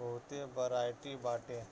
बहुते बरायटी बाटे